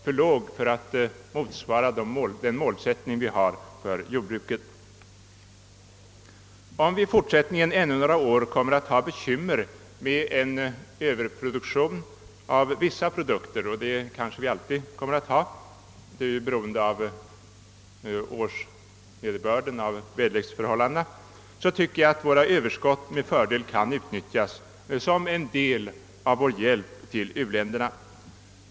Den måste motsvara den målsättning vi har för jordbruket i ett avspärrningsläge. Om vi i fortsättningen ännu några år kommer att ha bekymmer med en överproduktion av vissa produkter — det kanske alltid i viss mån blir fallet beroende på årsnederbörd och övriga väderleksförhållanden — tycker jag att dessa överskott med fördel kan utnyttjas som en del av vår hjälp till u-länderna.